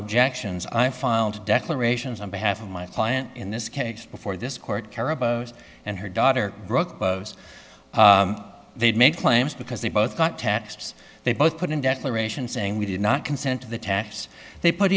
objections i filed declarations on behalf of my client in this case before this court carob and her daughter broke they'd make claims because they both got taxed they both put in declaration saying we did not consent to the tax they put